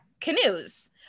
canoes